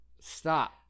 stop